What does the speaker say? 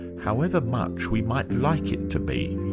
however much we might like it to be.